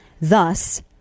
Thus